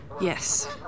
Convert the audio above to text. Yes